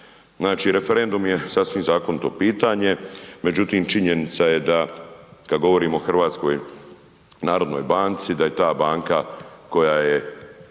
Znači, referendum je sasvim zakonito pitanje, međutim činjenica je da kad govorimo o HNB-u da je ta banka koja je,